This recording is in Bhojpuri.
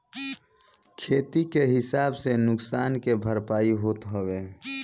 खेत के हिसाब से नुकसान के भरपाई होत हवे